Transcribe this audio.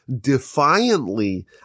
defiantly